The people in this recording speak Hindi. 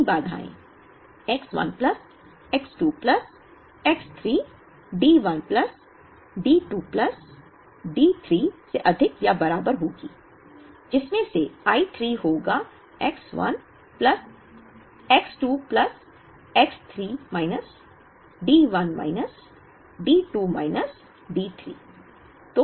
3 बाधाएं X 1 plus X 2 plus X 3 D1 plus D 2 plus D 3 से अधिक या बराबर होगी जिसमें से I 3 होगा X 1 plus X 2 plus X 3 minus D 1 minus D 2 minus D3